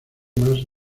más